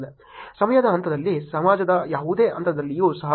ಸಮಯದ ಹಂತದಲ್ಲಿ ಸಮಾಜದ ಯಾವುದೇ ಹಂತದಲ್ಲಿಯೂ ಸಹ